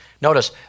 Notice